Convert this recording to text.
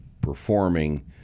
performing